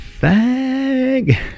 fag